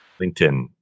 LinkedIn